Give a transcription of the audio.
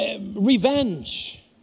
Revenge